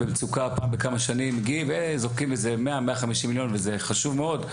במצוקה פעם בכמה שנים זורקים איזה 100 150 מיליון וזה חשוב מאוד,